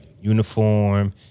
uniform